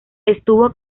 estuvo